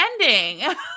ending